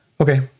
Okay